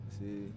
See